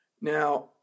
Now